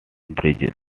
bridges